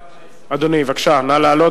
אדוני, בבקשה, נא לעלות.